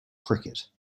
cricket